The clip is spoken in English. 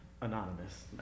Anonymous